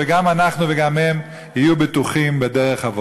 וגם אנחנו וגם הם נהיה בטוחים בדרך האבות.